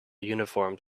uniforms